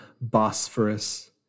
Bosphorus